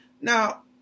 Now